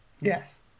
Yes